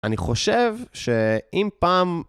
אני חושב שאם פעם...